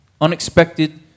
unexpected